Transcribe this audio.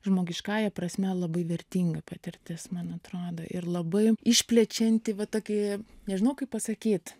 žmogiškąja prasme labai vertinga patirtis man atrado ir labai išplečianti va tokį nežinau kaip pasakyt